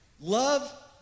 Love